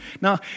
Now